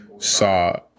Saw